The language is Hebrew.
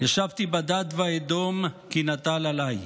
"ישבתי בדד ואדום כי נטל עליי.